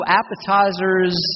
appetizers